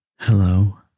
Hello